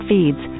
Feeds